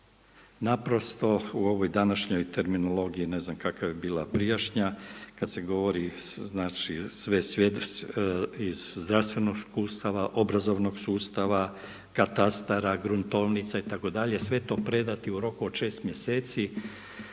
Naprosto u ovoj današnjoj terminologiji, ne znam kakva je bila prijašnja, kada se govori iz zdravstvenog sustava, obrazovanog sustava, katastara, gruntovnica itd. sve to predati u roku od šest mjeseci,